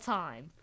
time